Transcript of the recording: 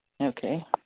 Okay